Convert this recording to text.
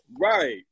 Right